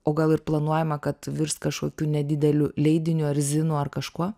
o gal ir planuojama kad virs kažkokiu nedideliu leidiniu ar zinu ar kažkuo